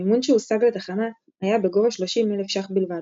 המימון שהושג לתחנה היה בגובה שלושים אלף ש"ח בלבד.